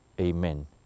Amen